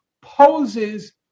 poses